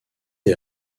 est